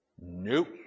Nope